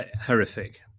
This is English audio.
horrific